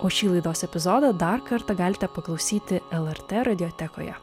o šį laidos epizodą dar kartą galite paklausyti lrt radiotekoje